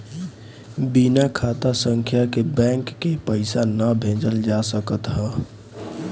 बिना खाता संख्या के बैंक के पईसा ना भेजल जा सकत हअ